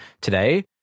today